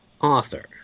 author